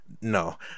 no